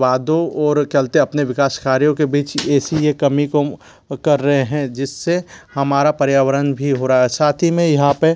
वादों ओर क्या बोलते अपने विकास कार्यों के बीच एसी ये कमी को कर रहे हैं जिस से हमारा पर्यावरन भी हो रहा साथ ही में यहाँ पर